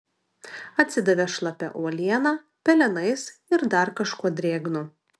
atsidavė šlapia uoliena pelenais ir dar kažkuo drėgnu